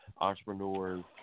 entrepreneurs